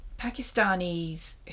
Pakistanis